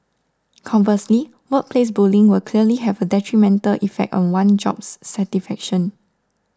conversely workplace bullying will clearly have a detrimental effect on one's job satisfaction